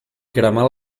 cremar